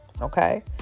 Okay